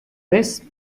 vez